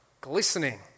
glistening